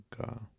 god